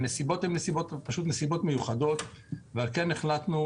הנסיבות הן פשוט נסיבות מיוחדות, ועל כך החלטנו